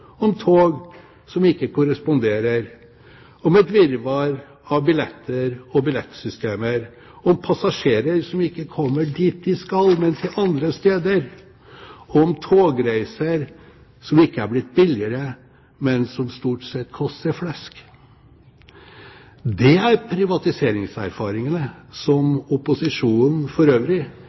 om tog som ikke korresponderer, om et virvar av billetter og billettsystemer, om passasjerer som ikke kommer dit de skal, men til andre steder, om togreiser som ikke er blitt billigere, men som stort sett koster flesk. Det er privatiseringserfaringene, som opposisjonen for øvrig